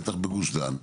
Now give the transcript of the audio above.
בטח בגוש דן,